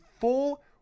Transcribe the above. full